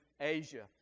Asia